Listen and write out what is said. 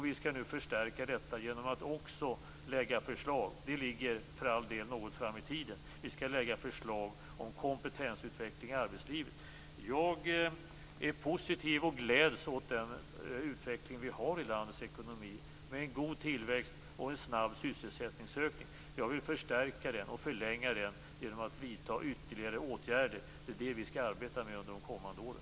Vi skall nu förstärka det genom att också lägga fram förslag - det ligger för all del något fram i tiden - om kompetensutveckling i arbetslivet. Jag är positiv och gläds åt den utveckling vi i dag har i landets ekonomi med en god tillväxt och en snabb sysselsättningsökning. Jag vill förstärka och förlänga den genom att vidta ytterligare åtgärder. Det är vad vi skall arbeta med under de kommande åren.